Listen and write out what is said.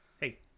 hey